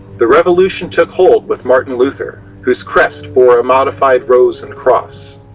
the revolution took hold with martin luther, who's crest bore a modified rose and cross.